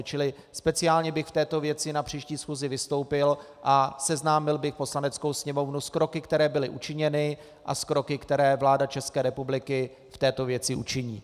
Čili speciálně bych v této věci na příští schůzi vystoupil a seznámil bych Poslaneckou sněmovnu s kroky, které byly učiněny, a s kroky, které vláda České republiky v této věci učiní.